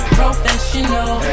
professional